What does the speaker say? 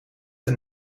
een